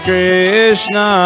Krishna